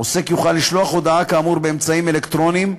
עוסק יוכל לשלוח הודעה כאמור באמצעים אלקטרוניים,